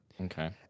Okay